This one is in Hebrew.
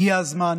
הגיע הזמן